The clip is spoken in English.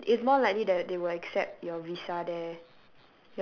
they it's more likely that they will accept your visa there